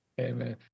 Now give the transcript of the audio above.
Amen